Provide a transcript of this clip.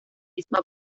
misma